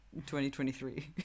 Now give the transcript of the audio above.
2023